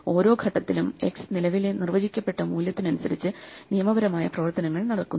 ഓരോ ഘട്ടത്തിലും x നിലവിലെ നിർവചിക്കപ്പെട്ട മൂല്യത്തിനനുസരിച്ച് നിയമപരമായ പ്രവർത്തനങ്ങൾ നടക്കുന്നു